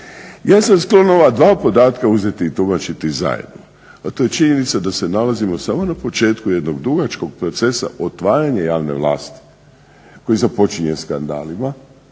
Ja sam sklon ova dva podatka uzeti i tumačiti zajedno, a to je činjenica da se nalazimo samo na početku jednog dugačkog procesa otvaranja javne vlasti koji započinje skandalima,